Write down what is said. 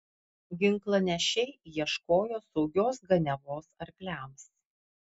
ginklanešiai ieškojo saugios ganiavos arkliams